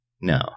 No